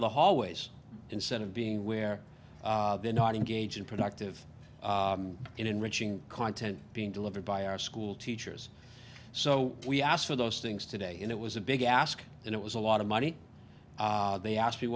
of the hallways instead of being where they are not engaged in productive enriching content being delivered by our school teachers so we asked for those things today and it was a big ask and it was a lot of money they asked me